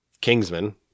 Kingsman